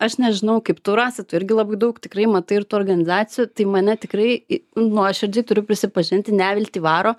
aš nežinau kaip tu rasa tu irgi labai daug tikrai matai ir organizacijų tai mane tikrai nuoširdžiai turiu prisipažinti neviltį varo